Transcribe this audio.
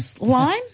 line